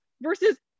versus